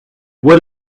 would